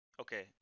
okay